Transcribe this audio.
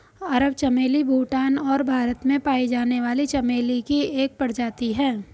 अरब चमेली भूटान और भारत में पाई जाने वाली चमेली की एक प्रजाति है